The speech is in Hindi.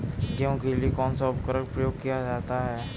गेहूँ के लिए कौनसा उर्वरक प्रयोग किया जाता है?